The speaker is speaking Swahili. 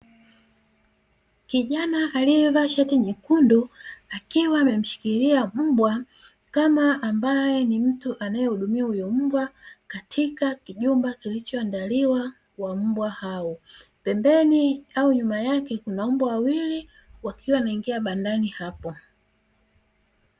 Kijana aliyevaa shati nyekundu akiwa amemshikilia mbwa, kama ambaye ni mtu anayehudumia huyo mbwa katika kijumba kilichoandaliwa wa mbwa hao, pembeni au nyuma yake kuna mbwa wawili, wakiwa wanaingia bandani hapo.